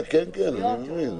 אני מבין.